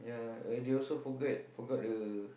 they also forget forgot the